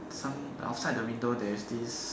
some outside the window there is this